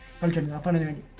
hundred and kind of ninety